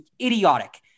idiotic